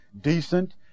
decent